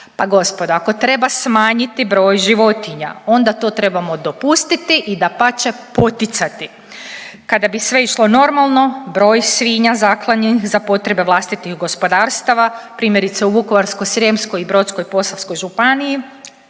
Pa gospodo ako treba smanjiti broj životinja onda to trebamo dopustiti i dapače poticati. Kada bi sve išlo normalno broj svinja zaklanih za potrebe vlastitih gospodarstava primjerice u Vukovarsko-srijemskoj i Brodsko-posavskoj županiji